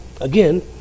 Again